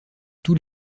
tous